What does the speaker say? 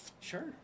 Sure